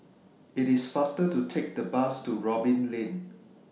IT IS faster to Take The Bus to Robin Lane